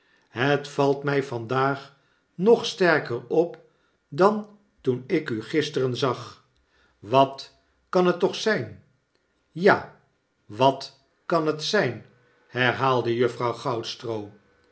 het valt mij vandaag nog sterker op dan toen ik u gisteren zag wat kan het toch zijn ja wat kan het zijn herhaalde juffrouw